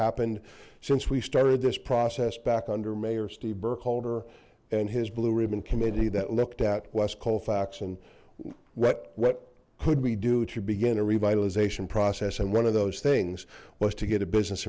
happened since we started this process back under mayor steve burkholder and his blue ribbon committee that looked at west colfax and what what could we do to begin a revitalization process and one of those things was to get a business